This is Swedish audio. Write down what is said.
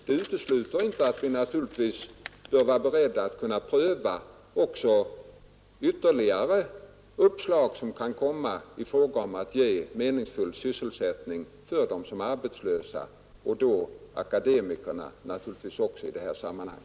Det utesluter naturligtvis inte att vi bör vara beredda att kunna pröva ytterligare uppslag som kan komma i fråga för att ge meningsfull sysselsättning för dem som är arbetslösa, och naturligtvis även för akademikerna i detta sammanhang.